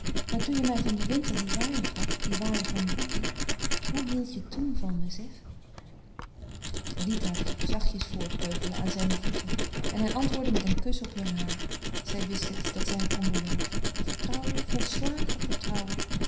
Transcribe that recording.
maar toen je mij van den winter dien waaier gaf dien waaier van bucchi hoe hieldt je toen van me zeg hij liet haar zachtjes voortkeuvelen aan zijne voeten en hij antwoordde met een kus op heur haar zij wist het dat zij het hem kon beloven vertrouwen volslagen vertrouwen